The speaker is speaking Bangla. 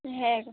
হ্যাঁ